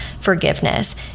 forgiveness